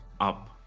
up